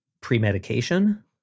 pre-medication